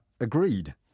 agreed